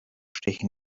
stechen